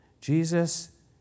Jesus